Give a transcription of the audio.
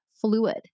fluid